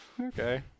Okay